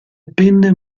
penne